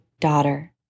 daughter